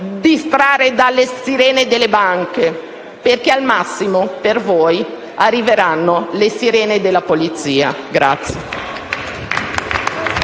distrarre dalle sirene delle banche, perché al massimo per voi arriveranno le sirene della polizia.